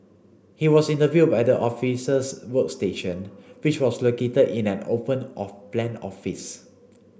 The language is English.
he was interviewed at the officers workstation which was located in an open plan office